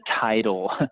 title